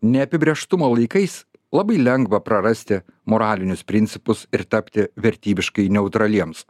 neapibrėžtumo laikais labai lengva prarasti moralinius principus ir tapti vertybiškai neutraliems